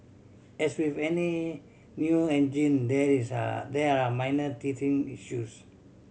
as with any new engine there it is are there are minor teething issues